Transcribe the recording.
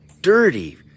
Dirty